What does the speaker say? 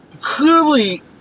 clearly